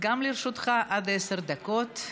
גם לרשותך עד עשר דקות.